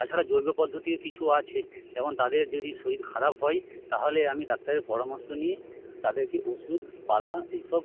তাছাড়া জৈব পদ্ধতিও কিছু আছে যেমন তাদের যদি শরীর খারাপ হয় তাহলে আমি ডাক্তারের পরামর্শ নিই তাদেরকে ওষুধ পালা এই সব